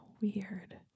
Weird